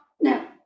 No